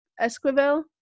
esquivel